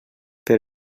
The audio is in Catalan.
per